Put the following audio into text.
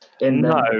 No